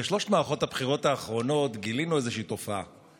בשלוש מערכות הבחירות האחרונות גילינו איזושהי תופעה.